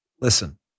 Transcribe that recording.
Listen